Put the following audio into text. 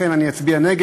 לכן אני אצביע נגד.